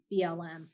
BLM